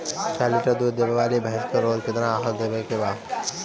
छह लीटर दूध देवे वाली भैंस के रोज केतना आहार देवे के बा?